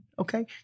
okay